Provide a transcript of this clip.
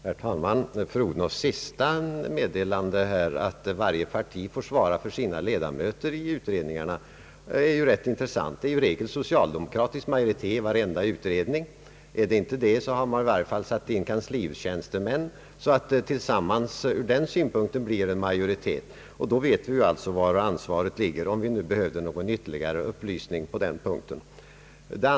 Herr talman! Fru Odhnoffs meddelande att varje parti får svara för sina ledamöter i utredningarna är ganska intressant. Det är i regel socialdemokratisk majoritet i varje utredning. I annat fall har man satt in kanslitjänstemän, så att det blir socialdemokratisk majoritet i varenda utredning. Vi vet alltså var ansvaret ligger, om vi nu behövde ytterligare upplysning på den punkten.